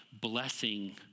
blessing